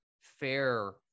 fair